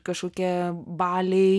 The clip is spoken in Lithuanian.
kažkokia baliai